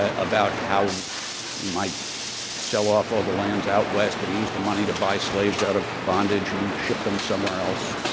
ah about how he might sell off all the lands out west and use the money to buy slaves out of bondage and ship them somewhere else.